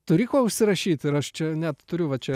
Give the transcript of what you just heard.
turi kuo užsirašyti ir aš čia net turiu va čia